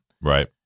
Right